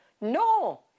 No